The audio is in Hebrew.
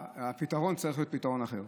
הפתרון צריך להיות פתרון אחר.